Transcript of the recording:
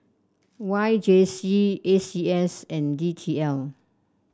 Y J C A C S and D T L